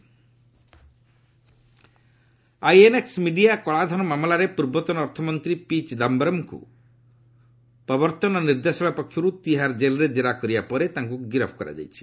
Chidambaram INX media କଳାଧନ ମାମଲାରେ ପୂର୍ବତନ ଅର୍ଥମନ୍ତ୍ରୀ ପିଚିଦାୟରମ୍ଙ୍କୁ ପ୍ରବର୍ତ୍ତନ ନିର୍ଦ୍ଦେଶାଳୟ ପକ୍ଷରୁ ତିହାର ଜେଲ୍ରେ ଜେରା କରିବା ପରେ ତାଙ୍କୁ ଗିରଫ କରାଯାଇଛି